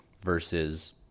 versus